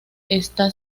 está